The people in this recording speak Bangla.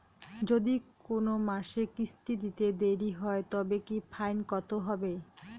যদি কোন মাসে কিস্তি দিতে দেরি হয় তবে কি ফাইন কতহবে?